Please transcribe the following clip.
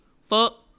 Fuck